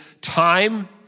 time